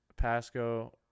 Pasco